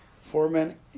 Foreman